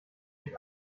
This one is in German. ich